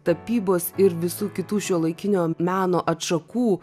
tapybos ir visų kitų šiuolaikinio meno atšakų